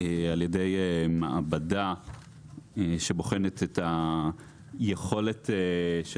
על ידי מעבדה שבוחנת את היכולת של